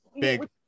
big